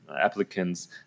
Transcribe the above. applicants